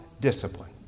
discipline